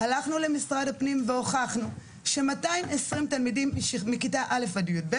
הלכנו למשרד הפנים והוכחנו ש-220 תלמידים מכיתה א' ועד י"ב